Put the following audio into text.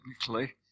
technically